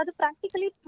practically